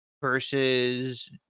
versus